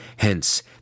Hence